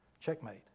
checkmate